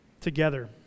together